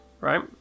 right